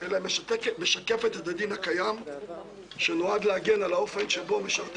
כי בעיניי קיים ספק בנוגע להתקיימותה של עבירת